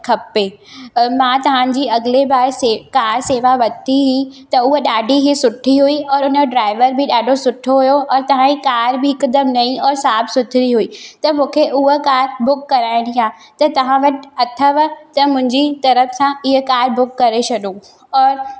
खपे अ मां तव्हांजी अगली बार से कार सेवा वरिती हुई त हूअ ॾाढी ही सुठी हुई ओर हुन ड्राइवर बि ॾाढो सुठो हुयो ओर तव्हांजी कार बि हिकदमि नई और साफ़ सुथरी हुई त मूंखे हुअ कार बुक कराइणी आहे त तव्हां वटि अथव त मुंहिंजी तरफ सां इहो कार बुक करे छॾियो और